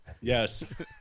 Yes